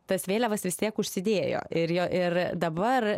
tas vėliavas vis tiek užsidėjo ir jo ir dabar